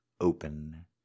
open